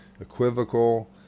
equivocal